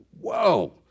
whoa